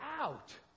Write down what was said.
out